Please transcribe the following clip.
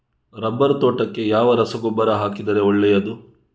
Rubber ತೋಟಕ್ಕೆ ಯಾವ ರಸಗೊಬ್ಬರ ಹಾಕಿದರೆ ಒಳ್ಳೆಯದು?